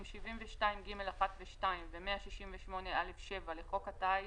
72 (ג)(1) ו-(2) ו-168(א)(7) לחוק הטיס,